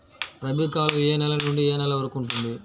రబీ కాలం ఏ నెల నుండి ఏ నెల వరకు ఉంటుంది?